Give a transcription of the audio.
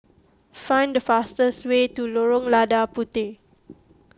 find the fastest way to Lorong Lada Puteh